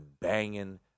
banging